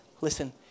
listen